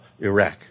Iraq